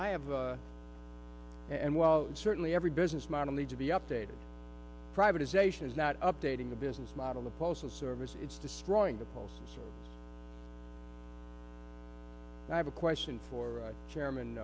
i have and well certainly every business model need to be updated privatization is not updating the business model the postal service is destroying the polls i have a question for chairman